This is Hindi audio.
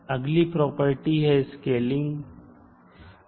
अगली प्रॉपर्टी इसकेलिंग है